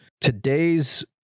today's